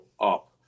up